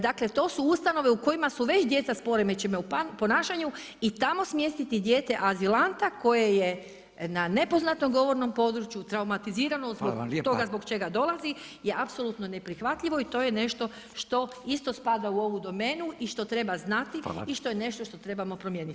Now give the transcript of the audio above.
Dakle to su ustanove u kojima su već djeca s poremećajima u ponašanju i tamo smjestiti dijete azilanta koje je na nepoznatom govornom području traumatizirano zbog toga zbog čega dolazi je apsolutno neprihvatljivo i to je nešto što isto spada u ovu domenu i što treba znati i što je nešto što trebamo promijeniti.